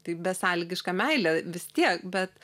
taip besąlygiška meilė vis tiek bet